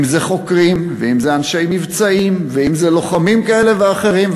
אם זה חוקרים ואם זה אנשי מבצעים ואם זה לוחמים כאלה ואחרים,